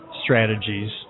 strategies